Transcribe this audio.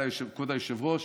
כבוד היושב-ראש,